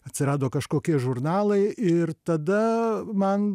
atsirado kažkokie žurnalai ir tada man